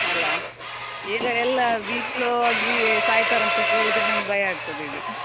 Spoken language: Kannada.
ಅಲ್ಲಾ ಈಗ ಎಲ್ಲ ಬಿ ಪಿ ಲೊ ಆಗಿ ಸಾಯ್ತಾರಂತ ಕೇಳಿದರೆ ನಂಗೆ ಭಯ ಆಗ್ತದೆ ಈಗ